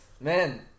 man